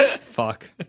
Fuck